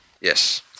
Yes